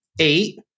Eight